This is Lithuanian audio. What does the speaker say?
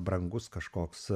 brangus kažkoks